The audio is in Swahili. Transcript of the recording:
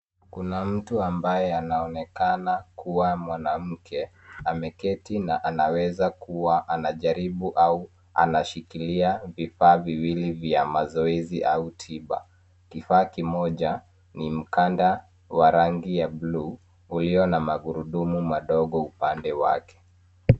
Kuna mtu ambaye anaonekana kuwa mwanamke ameketi na anaweza kuwa anajaribu au anashikilia vifaa viwili vya mazoezi au tiba kifaa kimoja ni mkanda wa rangi ya buluu ulio na magurudumu madogo upande wake